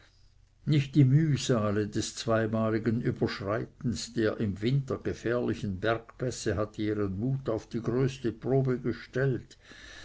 nicht die mühsale des zweimaligen überschreitens der im winter gefährlichen bergpässe hatten ihren mut auf die größte probe gestellt